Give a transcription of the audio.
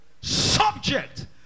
subject